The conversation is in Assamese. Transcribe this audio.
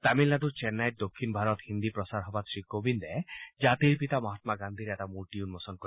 তামিলনাডুৰ চেন্নাইত দক্ষিণ ভাৰত হিন্দী প্ৰচাৰ সভাত শ্ৰী কোবিন্দে জাতিৰ পিতা মহান্মা গান্ধীৰ এটা মূৰ্তি উন্মোচন কৰিব